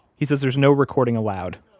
he says, there's no recording allowed.